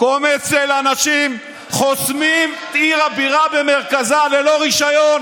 קומץ של אנשים חוסמים את עיר הבירה במרכזה ללא רישיון.